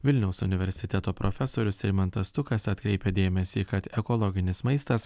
vilniaus universiteto profesorius rimantas stukas atkreipia dėmesį kad ekologinis maistas